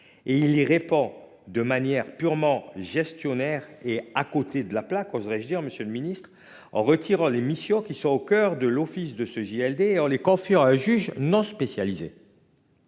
Et il il répond de manière purement gestionnaire et à côté de la plaque, oserais-je dire, Monsieur le Ministre, en retirant les missions qui sont au coeur de l'Office de ce JLD en les confiant à un juge non spécialisés.